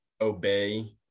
obey